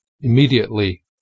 Immediately